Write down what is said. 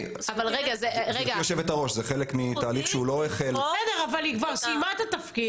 אבל היא כבר סיימה את התפקיד.